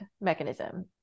mechanism